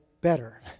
better